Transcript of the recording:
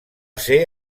ser